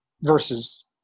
versus